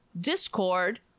discord